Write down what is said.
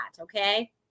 okay